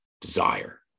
Desire